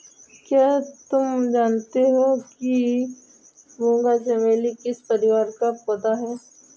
क्या तुम जानते हो कि मूंगा चमेली किस परिवार का पौधा है?